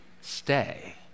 stay